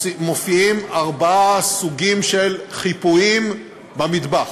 מופיעים ארבעה סוגים של חיפויים במטבח,